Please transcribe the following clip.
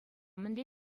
мӗнле